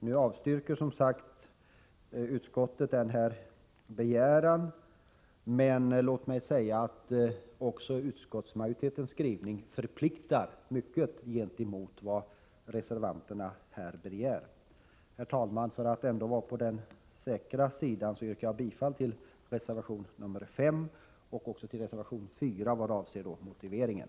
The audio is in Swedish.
Nu avstyrker utskottet vår begäran, men låt mig säga att i förhållande till vad reservanterna begär är också utskottsmajoritetens skrivning mycket förpliktande. Herr talman! För att vara på den säkra sidan yrkar jag bifall till reservation 5 och till reservation 4 vad avser motiveringen.